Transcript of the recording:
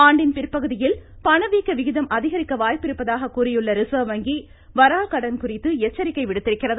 ஆண்டின் பிற்பகுதியில் பண வீக்க விகிதம் அதிகரிக்க வாய்ப்பிருப்பதாக கூறியுள்ள ரிசர்வ் வங்கி வாராக்கடன் குறித்து எச்சரிக்கை விடுத்திருக்கிறது